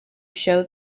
show